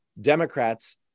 Democrats